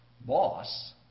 boss